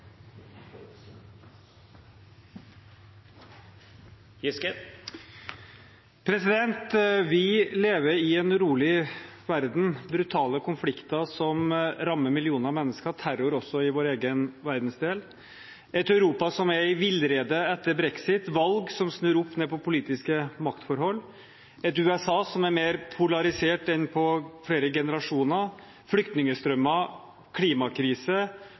lever i en urolig verden – brutale konflikter som rammer millioner av mennesker, terror også i vår egen verdensdel, et Europa som er i villrede etter brexit, valg som snur opp ned på politiske maktforhold, et USA som er mer polarisert enn på flere generasjoner, flyktningstrømmer, klimakrise,